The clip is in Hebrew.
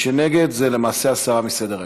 מי שנגד, זה למעשה הסרה מסדר-היום.